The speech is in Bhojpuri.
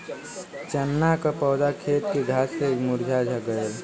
चन्ना क पौधा खेत के घास से मुरझा गयल